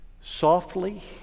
softly